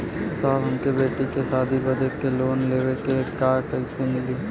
साहब हमरे बेटी के शादी बदे के लोन लेवे के बा कइसे मिलि?